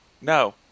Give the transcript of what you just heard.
no